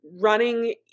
running